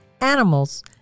animals